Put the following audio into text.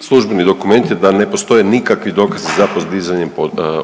službeni dokument je da ne postoje nikakvi dokazi za podizanjem